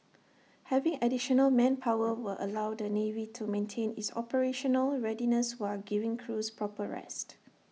having additional manpower will allow the navy to maintain its operational readiness while giving crews proper rest